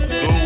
go